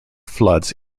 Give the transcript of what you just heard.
floods